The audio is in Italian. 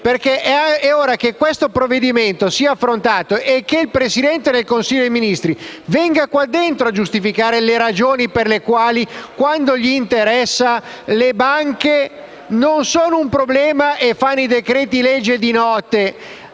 perché è ora che questo provvedimento sia affrontato e che il Presidente del Consiglio dei ministri venga qui dentro a giustificare le ragioni per le quali, quando gli interessa, le banche non sono un problema e si fanno perciò i decreti-legge di notte